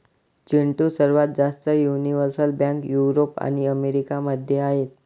चिंटू, सर्वात जास्त universal bank Europe आणि अमेरिका मध्ये आहेत